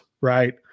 Right